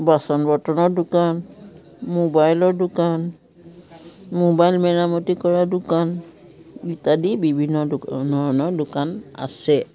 বাচন বৰ্তনৰ দোকান মোবাইলৰ দোকান মোবাইল মেৰামতি কৰা দোকান ইত্যাদি বিভিন্ন ধৰণৰ দোকান আছে